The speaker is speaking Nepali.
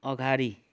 अगाडि